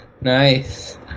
Nice